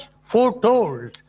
foretold